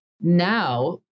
Now